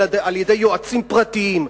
אלא על-ידי יועצים פרטיים,